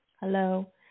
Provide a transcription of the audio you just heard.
Hello